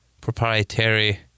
proprietary